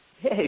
Hey